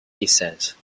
descent